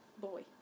Boy